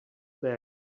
bag